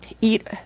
eat